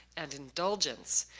and indulgence.